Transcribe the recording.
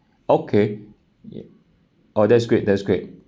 okay yup oh that's great that's great